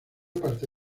parte